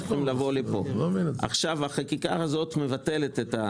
ניתוק המים צריך רוב יותר גדול בוועדת הכלכלה,